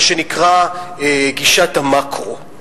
מה שנקרא גישת המקרו.